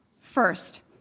First